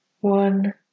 One